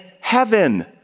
heaven